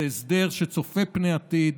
זה הסדר שצופה פני עתיד,